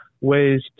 ways